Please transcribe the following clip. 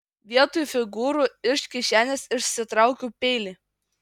vietoj figūrų iš kišenės išsitraukiau peilį